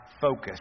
focus